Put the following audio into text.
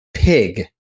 Pig